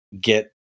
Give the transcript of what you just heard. get